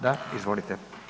Da, izvolite.